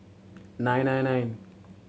nine nine nine